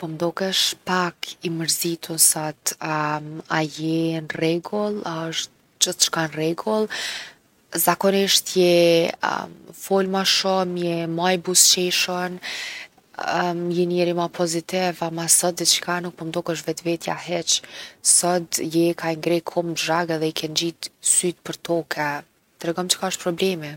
Po m’dokesh pa ki mërzitun sot, a je n’rregull, a osht gjithçka n’rregull? Zakonisht je- fol ma shumë je ma i buzëqeshun je njeri ma pozitiv ama sot diçka nuk po m’dokesh vetvetja hiq. Sot je ka i ngreh komt zhag edhe i ke ngjit sytë përtoke, tregom çka osht problemi